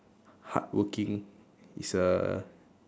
hardworking is a